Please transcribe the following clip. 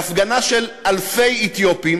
בהפגנה של אלפי אתיופים,